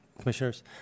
commissioners